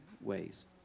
ways